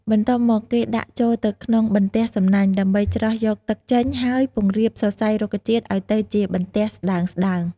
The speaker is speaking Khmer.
បន្ទាប់មកគេដាក់ចូលទៅក្នុងបន្ទះសំណាញ់ ដើម្បីច្រោះយកទឹកចេញ ហើយពង្រាបសរសៃរុក្ខជាតិឱ្យទៅជាបន្ទះស្ដើងៗ។